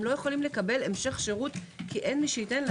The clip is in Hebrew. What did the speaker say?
הם לא יכולים לקבל המשך שירות כי אין מי שייתן להם.